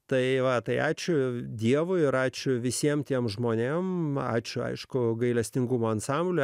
tai va tai ačiū dievui ir ačiū visiems tiems žmonėms ačiū aišku gailestingumo ansamblio